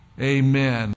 Amen